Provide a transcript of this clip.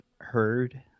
heard